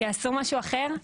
יעשו משהו אחר?